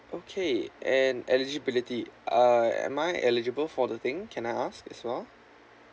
okay and eligibility uh am I eligible for the thing can I ask as well